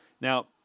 Now